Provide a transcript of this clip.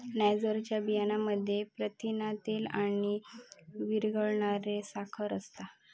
नायजरच्या बियांमध्ये प्रथिना, तेल आणि विरघळणारी साखर असता